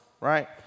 right